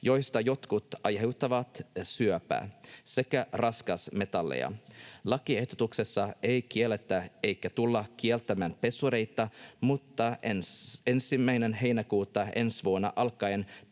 joista jotkut aiheuttavat syöpää, sekä raskasmetalleja. Lakiehdotuksessa ei kielletä eikä tulla kieltämään pesureita, mutta 1. heinäkuuta alkaen